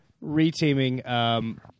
re-teaming